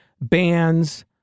bands